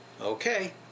Okay